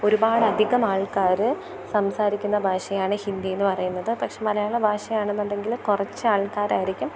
ഒരുപാട് അധികം ആൾക്കാർ സംസാരിക്കുന്ന ഭാഷയാണ് ഹിന്ദി എന്നു പറയുന്നത് പക്ഷേ മലയാള ഭാഷയാണെന്നുണ്ടെങ്കിൽ കുറച്ചാൾക്കാർ ആയിരിക്കും